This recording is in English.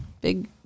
big